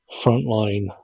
frontline